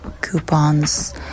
coupons